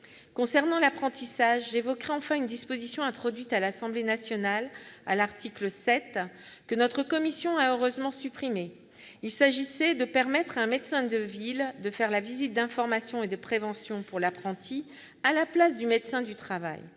Concernant l'apprentissage, j'évoquerai enfin une disposition introduite à l'Assemblée nationale à l'article 7, que notre commission a heureusement supprimée : il s'agissait de permettre à un médecin de ville d'effectuer la visite d'information et de prévention pour l'apprenti à la place du médecin du travail.